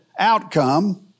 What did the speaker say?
outcome